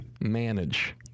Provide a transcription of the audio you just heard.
manage